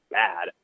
bad